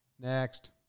Next